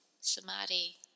samadhi